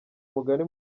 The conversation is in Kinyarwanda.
umugani